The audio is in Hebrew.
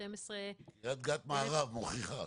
12 -- קרית-גת מערב מוכיחה...